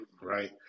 right